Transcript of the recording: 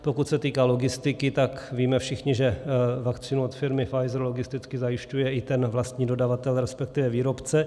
Pokud se týká logistiky, tak víme všichni, že vakcínu od firmy Pfizer logisticky zajišťuje i ten vlastní dodavatel, resp. výrobce.